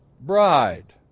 bride